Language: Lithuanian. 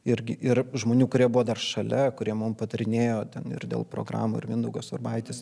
irgi ir žmonių kurie buvo dar šalia kurie mum patarinėjo ten ir dėl programų ir mindaugas urbaitis